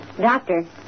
Doctor